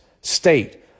state